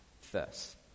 first